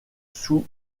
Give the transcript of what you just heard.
sous